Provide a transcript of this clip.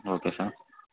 okay sir